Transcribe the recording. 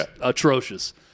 atrocious